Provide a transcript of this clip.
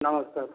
ନମସ୍କାର